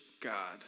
God